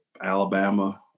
Alabama